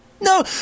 No